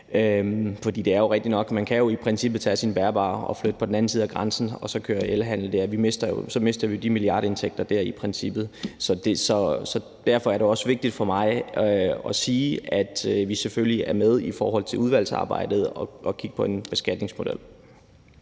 For det er jo rigtigt nok, at man i princippet kan tage sin bærbare og flytte over på den anden side af grænsen og så køre elhandel derfra. Så mister vi i princippet de milliardindtægter. Så derfor er det også vigtigt for mig at sige, at vi selvfølgelig er med på, i forhold til udvalgsarbejdet, at kigge på en beskatningsmodel.